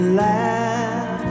laugh